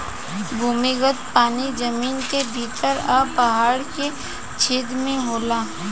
भूमिगत पानी जमीन के भीतर आ पहाड़ के छेद में होला